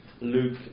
Luke